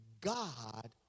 God